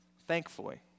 Thankfully